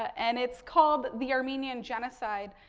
and, it's called the armenian genocide.